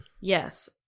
Yes